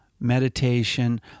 meditation